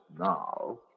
now